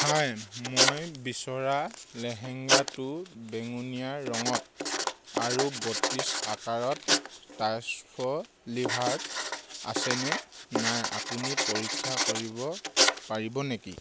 হাই মই বিচৰা লেহেঙ্গাটো বেঙুনীয়া ৰঙত আৰু বত্ৰিছ আকাৰত ক্ৰাফ্টছভিলাত আছেনে নাই আপুনি পৰীক্ষা কৰিব পাৰিব নেকি